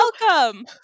welcome